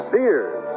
Sears